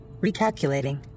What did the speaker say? Recalculating